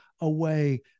away